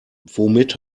womit